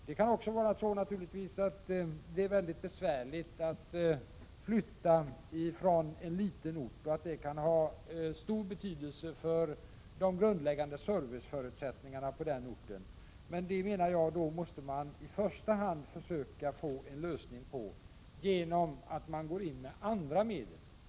Det kan naturligtvis vara väldigt besvärligt att behöva flytta en verksamhet från en liten ort. Det kan ha stor betydelse för de grundläggande serviceförutsättningarna på den orten, men det måste man, menar jag, i första hand försöka få en lösning på genom att gå in med andra medel.